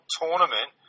tournament